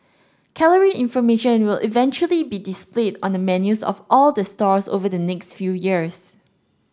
calorie information will eventually be displayed on the menus of all the stalls over the next few years